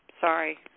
sorry